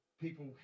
people